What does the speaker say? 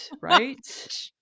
right